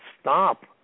stop